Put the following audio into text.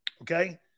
okay